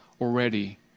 already